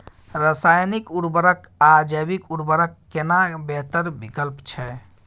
रसायनिक उर्वरक आ जैविक उर्वरक केना बेहतर विकल्प छै?